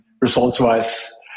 Results-wise